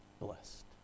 blessed